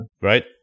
right